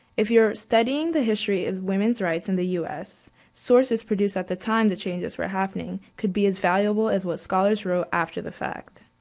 if you're studying the history of women's rights in the u s, sources produced at the time the changes were happening could be as valuable as what scholars wrote after the fact.